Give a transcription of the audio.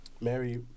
Mary